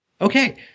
Okay